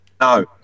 No